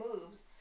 moves